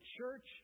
church